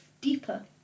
deeper